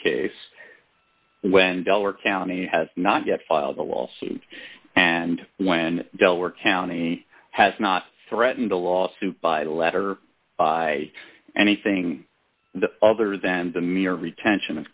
case when dollar county has not yet filed the will see and when delaware county has not threatened a lawsuit by letter by anything other than the mere retention of